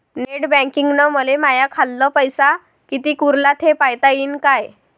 Net बँकिंगनं मले माह्या खाल्ल पैसा कितीक उरला थे पायता यीन काय?